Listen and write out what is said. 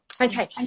Okay